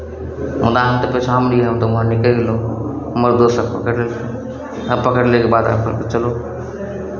हमरा अहाँक तऽ पीछाँमे रहियै हम तऽ ओमहर निकलि गेलहुँ हमर दोस सभकेँ पकड़ि लेलखिन आब पकड़ि लैके बाद आब कहलकै चलो